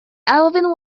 alvin